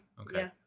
Okay